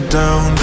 down